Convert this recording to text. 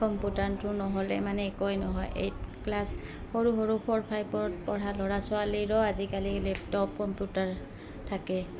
কম্পিউটাৰটো নহ'লে মানে একোৱে নহয় এইট ক্লাছ সৰু সৰু ফ'ৰ ফাইভত পঢ়া ল'ৰা ছোৱালীৰো আজিকালি লেপটপ কম্পিউটাৰ থাকে